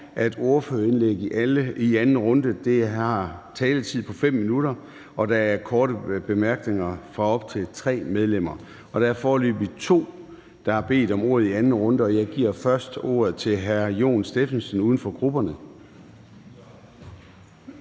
i ordførerindlæg i anden runde er en taletid på 5 minutter, og at der er korte bemærkninger fra op til tre medlemmer. Der er foreløbig to, der har bedt om ordet i anden runde, og jeg giver først ordet til hr. Jon Stephensen, uden for grupperne.